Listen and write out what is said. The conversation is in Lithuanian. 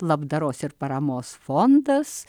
labdaros ir paramos fondas